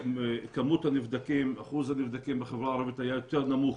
אחוז הנבדקים בחברה הערבית היה יותר נמוך